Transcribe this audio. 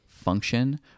function